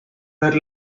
ver